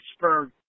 Pittsburgh